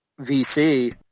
VC